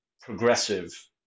progressive